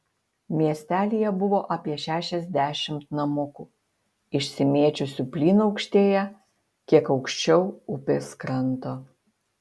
miestelyje buvo apie šešiasdešimt namukų išsimėčiusių plynaukštėje kiek aukščiau upės kranto